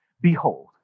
Behold